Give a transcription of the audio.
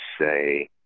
say